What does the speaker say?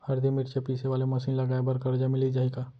हरदी, मिरचा पीसे वाले मशीन लगाए बर करजा मिलिस जाही का?